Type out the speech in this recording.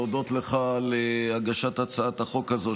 להודות לך על הגשת הצעת החוק הזאת,